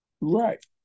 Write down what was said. Right